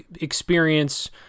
experience